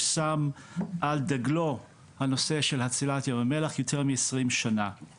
ששם על דגלו את הנושא של הצלת ים המלח יותר מ- 20 שנה,